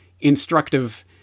instructive